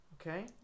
Okay